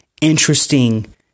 interesting